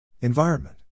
Environment